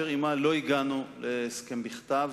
אשר עמה לא הגענו להסכם בכתב,